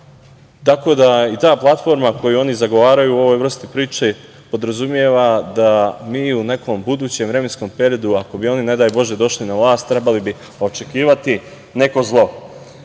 Tako da, ta platforma koju oni zagovaraju u ovoj vrsti priče podrazumeva da mi u nekom budućem vremenskom periodu, ako bi oni ne daj Bože došli na vlast, treba li bi očekivati neko zlo.U